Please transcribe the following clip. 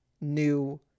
new